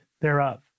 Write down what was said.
thereof